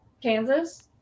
Kansas